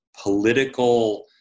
political